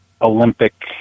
Olympic